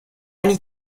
need